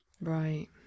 Right